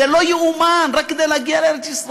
זה לא ייאמן, רק כדי להגיע לארץ-ישראל.